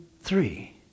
three